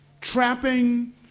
Trapping